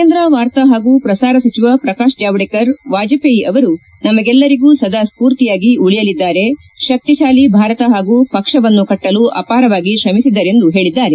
ಕೇಂದ್ರ ವಾರ್ತಾ ಹಾಗೂ ಪ್ರಸಾರ ಸಚಿವ ಪ್ರಕಾಶ್ ಜಾನ್ಗೇಕರ್ ವಾಜಪೇಯಿ ಅವರು ನಮಗೆಲ್ಲರಿಗೂ ಸದಾ ಸ್ಪೂರ್ತಿಯಾಗಿ ಉಳಿಯಲಿದ್ದಾರೆ ಶಕ್ತಿಶಾಲಿ ಭಾರತ ಹಾಗೂ ಪಕ್ಷವನ್ನು ಕಟ್ಟಲು ಅಪಾರವಾಗಿ ಶ್ರಮಿಸಿದ್ದರೆಂದು ಹೇಳಿದ್ದಾರೆ